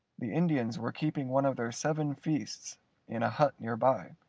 the indians were keeping one of their seven feasts in a hut near by,